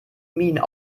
minen